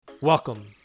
Welcome